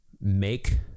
make